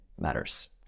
matters